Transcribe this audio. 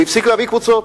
והפסיק להביא קבוצות.